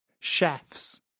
Chefs